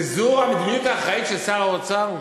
וזו המדיניות האחראית של שר האוצר?